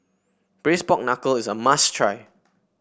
Braised Pork Knuckle is a must try